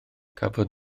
cafodd